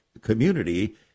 community